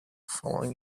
following